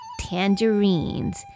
tangerines